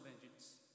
vengeance